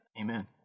Amen